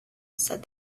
said